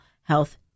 health